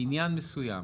בעניין מסוים.